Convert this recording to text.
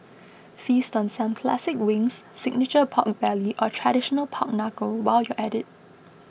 feast on some classic wings signature pork belly or traditional pork Knuckle while you're at it